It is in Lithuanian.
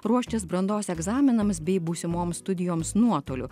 ruoštis brandos egzaminams bei būsimoms studijoms nuotoliu